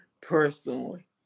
personally